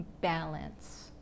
balance